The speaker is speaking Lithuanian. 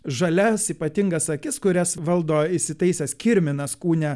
žalias ypatingas akis kurias valdo įsitaisęs kirminas kūne